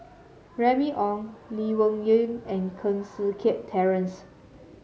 Remy Ong Lee Wung Yew and Koh Seng Kiat Terence